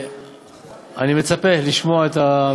אני מצפה לשמוע את העמדה שלהם.